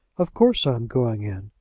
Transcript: of course i am going in,